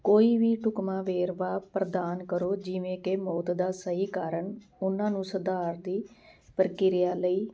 ਕੋਈ ਵੀ ਢੁੱਕਵਾਂ ਵੇਰਵਾ ਪ੍ਰਦਾਨ ਕਰੋ ਜਿਵੇਂ ਕਿ ਮੌਤ ਦਾ ਸਹੀ ਕਾਰਨ ਉਹਨਾਂ ਨੂੰ ਸੁਧਾਰ ਦੀ ਪ੍ਰਕਿਰਿਆ ਲਈ